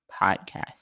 podcast